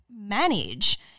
manage